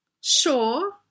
sure